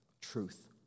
truth